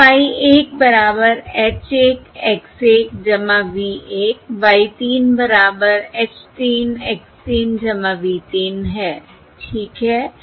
वह Y 1 बराबर H 1 X 1 V 1 Y 3 बराबर H 3 X 3 V 3 है ठीक है